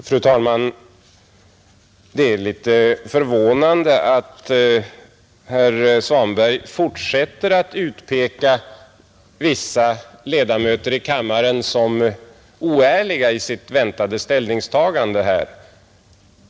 Fru talman! Det är litet förvånande att herr Svanberg fortsätter att utpeka vissa ledamöter i kammaren som oärliga i sitt ställningstagande här.